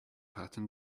pattern